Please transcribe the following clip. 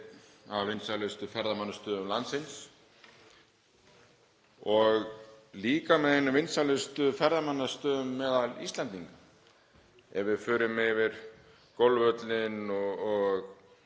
af vinsælustu ferðamannastöðum landsins og er líka með vinsælustu ferðamannastöðum meðal Íslendinga. Ef við förum yfir það þá